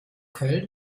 köln